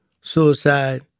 suicide